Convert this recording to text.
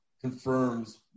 confirms